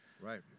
right